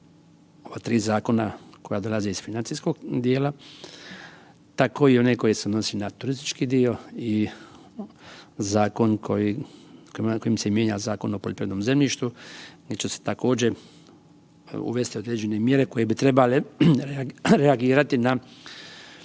ova tri zakona koja dolaze iz financijskog dijela, tako i one koji se odnose na turistički dio i zakon kojim se mijenja Zakona o poljoprivrednom zemljištu, gdje će se također, uvesti određene mjere koje bi trebale reagirati na